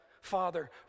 Father